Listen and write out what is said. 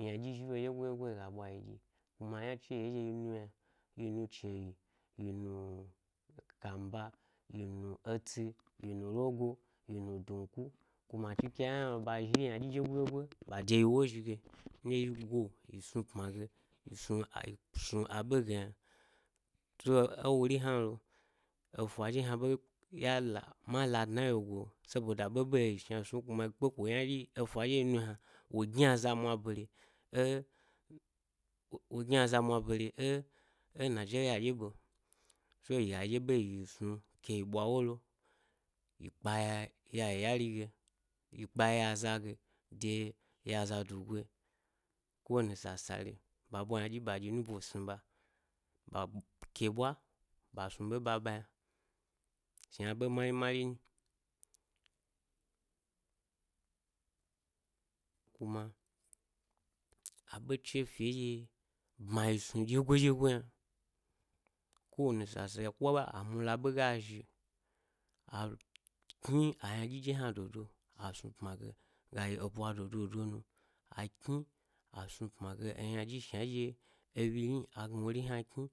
ynaɗye zhilo ɗyegoi ɗyegoi yiga bwa yi ɗyi kuma eyna chey nɗye yi nu yna. Yi nu chewyi-yi nu-kamba, yi-nu etsi, yinu-rogo yi nu dunku kuma acikin a yna hna lo ɓa zhi ynaɗyi ɗyegoi ɗyegoi, ɓa deyi wo zhi ge nɗye yi go, yi snu pma ge yi snu, yi snu a be ge yna, so, ewori hna lo, efa ɗye hna ɓe ya la ma la dna e yegu’ o saboda ɓeɓe ye’o yi shna sanh kuma he kpeko ynari, efa ɗye yi nu yna wo gni aza mwa bare e-wo gni aza mwa bare e-e nigeria ɗye ɓe, so ya yi ɗye ɓe yi yi snu ke yi gba ewo lo. Yi kpa ya, ya iyari, yi kpa ya aza ge-de ya zadugoi, ko wani sasale ɓwa yna ɗyi ɓa ɗyi nwbo wo sni ɓa. ba ke ɓwo ɓa snu ɓe ɗye ɓa ɓa yna. Shna eɓe mari mari nyi. Kuma, a ɓe chef ye eɗye bmayi snu ɗye goi dyegoi yna. Ko wani sasabe ko amula ɓ ga zhi a-l-kni-ayna dyi dye hna do do a snu pm age, ga yi ebwa nu a kni-a snu pm age e ynadyi shna ɗye enyi nyi a gna wori hna kni…